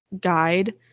guide